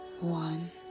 One